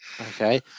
Okay